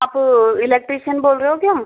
आप इलेक्ट्रीशियन बोल रहे हो क्या